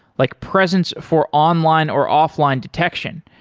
like presence for online or offline detection,